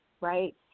right